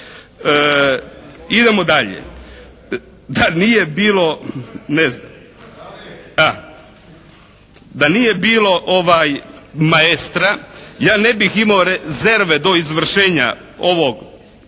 ne znam, da nije bilo maestra ja ne bih imao rezerve do izvršenja ovog